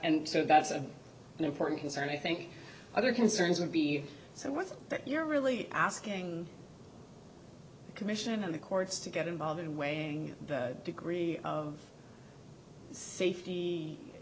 and so that's an important concern i think other concerns would be so with that you're really asking the commission and the courts to get involved in weighing the degree of safety